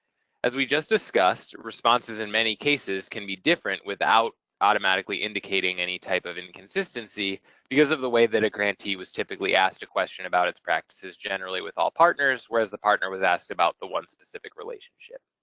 as we just discussed, responses in many cases can be different without automatically indicating any type of inconsistency because of the way that a grantee was typically asked a question about its practices generally with all partners whereas the partner was asked about the one specific relationship.